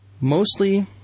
Mostly